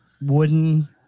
wooden